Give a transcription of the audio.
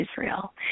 Israel